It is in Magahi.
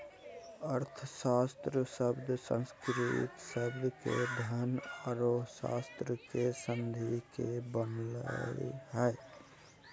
अर्थशास्त्र शब्द संस्कृत शब्द के धन औरो शास्त्र के संधि से बनलय हें